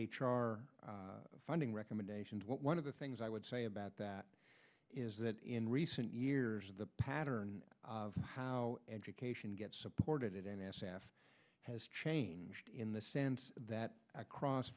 r funding recommendation one of the things i would say about that is that in recent years the pattern of how education gets supported n s f has changed in the sense that across